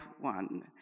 one